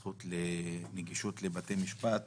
הזכות לנגישות לבתי משפט